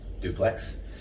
duplex